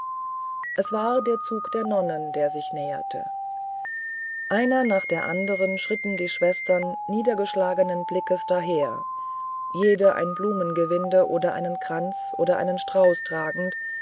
es war der zug der nonnen der sich näherte eine nach der anderen schritten die schwestern niedergeschlagenen blickes daher jede ein blumengewinde oder einen kranz oder einen strauß tragend